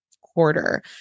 quarter